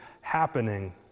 happening